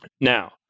Now